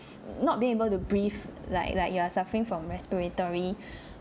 not being able to breathe like like you are suffering from respiratory